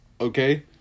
okay